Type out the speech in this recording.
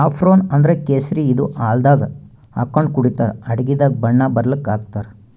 saffron ಅಂದ್ರ ಕೇಸರಿ ಇದು ಹಾಲ್ದಾಗ್ ಹಾಕೊಂಡ್ ಕುಡಿತರ್ ಅಡಗಿದಾಗ್ ಬಣ್ಣ ಬರಲಕ್ಕ್ ಹಾಕ್ತಾರ್